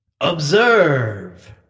Observe